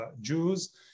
Jews